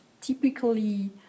typically